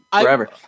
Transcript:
forever